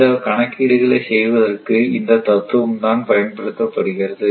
இந்த கணக்கீடுகளை செய்வதற்கு இந்த தத்துவம்தான் பயன்படுத்தப்படுகிறது